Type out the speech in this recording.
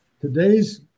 Today's